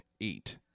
eight